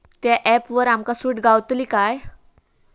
त्या ऍपवर आमका सूट गावतली काय?